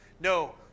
No